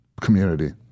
community